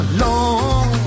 long